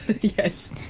Yes